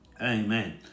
Amen